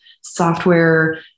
software